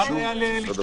מה הבעיה?